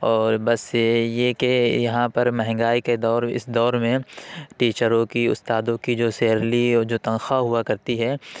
اور بس یہ کہ یہاں پر مہنگائی کے دور اس دور میں ٹیچروں کی استادوں کی جو سیلری اور جو تنخواہ ہوا کرتی ہے